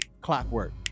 clockwork